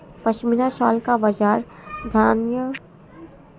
pashmina shawl का बाजार धनाढ्य ग्राहकों को अपनी ओर खींचने में सक्षम है